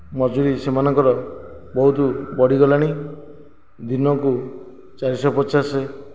ମଜୁରୀ ସେମାନଙ୍କର ବହୁତ ବଢ଼ିଗଲାଣି ଦିନକୁ ଚାରି ଶହ ପଚାଶ